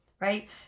right